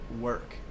work